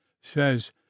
says